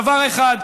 דבר אחד,